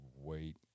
wait